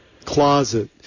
closet